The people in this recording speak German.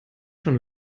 schon